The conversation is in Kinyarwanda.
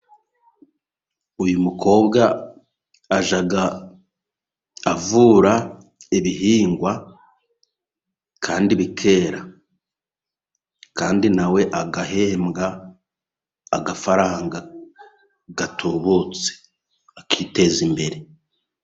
Uyu mukobwa ajya avura ibihingwa kandi bikera. Kandi na we agahembwa agafaranga gatubutse, akiteza imbere.